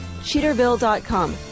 Cheaterville.com